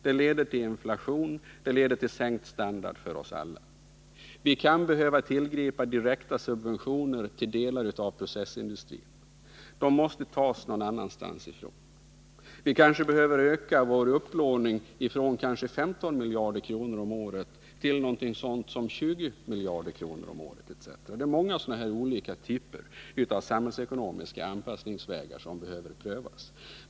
Det leder tillinflation och till sänkt standard för oss alla. Vi kan behöva tillgripa direkta subventioner till delar av processindustrin. Medel härtill måste tas från annat håll. Vi kanske behöver öka vår upplåning från måhända 15 miljarder om året till något sådant som 20 miljarder om året. Det är många sådana här olika typer av vägar till samhällsekonomisk anpassning som behöver prövas.